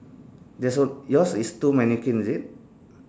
there's also yours is too mannequin is it